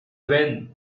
wind